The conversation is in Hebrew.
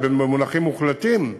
זה במונחים מוחלטים,